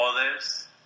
others